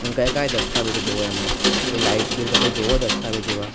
કયા કયા દસ્તાવેજો જોઈએ એમાં કે લાઇટ બિલ કે કંઈ જોઈએ દસ્તાવેજ એવા